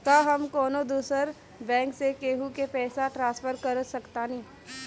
का हम कौनो दूसर बैंक से केहू के पैसा ट्रांसफर कर सकतानी?